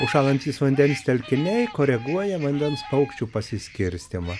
užšąlantys vandens telkiniai koreguoja vandens paukščių pasiskirstymą